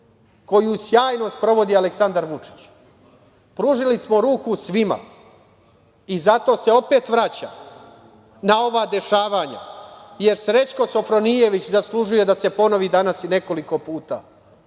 koju sjajno sprovodi Aleksandar Vučić. Pružili smo ruku svima, i zato se opet vraća na ova dešavanja, jer Srećko Sofronijević zaslužuje, da se ponovi i danas nekoliko puta,